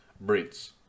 breeds